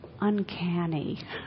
uncanny